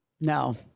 No